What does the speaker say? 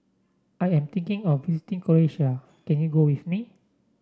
I am thinking of visiting Croatia can you go with me